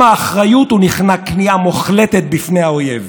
שני יסודות מרכזיים בכל הנוגע לביקורת: